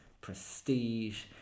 Prestige